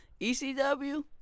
ECW